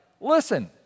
Listen